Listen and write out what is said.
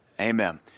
Amen